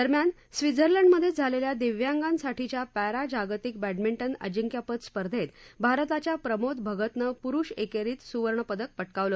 दरम्यान स्वित्झर्लंडमधेच झालेल्या दिव्यांगांसाठीच्या पद्धी जागतिक बर्डमिंटन अजिंक्यपद स्पर्धेत भारताच्या प्रमोद भगतनं पुरुष एकेरीत सुवर्णपदक पटकावलं